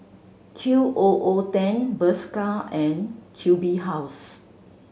Q O O Ten Bershka and Q B House